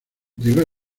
llegó